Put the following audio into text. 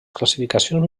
classificacions